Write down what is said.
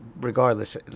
regardless